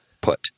put